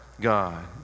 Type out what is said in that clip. God